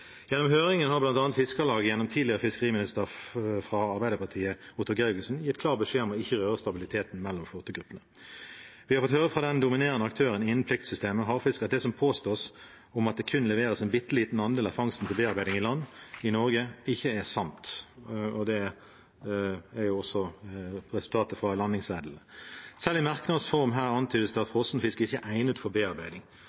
Gjennom høringen har bl.a. Fiskarlaget, gjennom tidligere fiskeriminister fra Arbeiderpartiet Otto Gregussen, gitt klar beskjed om ikke å røre stabiliteten mellom flåtegruppene. Vi har fått høre fra den dominerende aktøren innen pliktsystemet, Havfisk, at det som påstås om at det kun leveres en bitte liten andel av fangsten til bearbeiding på land i Norge, ikke er sant. Det er også resultatet fra landingssedlene. Selv i merknads form her antydes det at